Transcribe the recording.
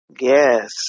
Yes